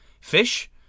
fish